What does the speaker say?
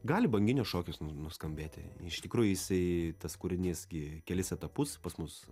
gali banginio šokis nuskambėti iš tikrųjų jisai tas kūrinys gi kelis etapus pas mus